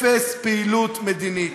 אפס פעילות מדינית.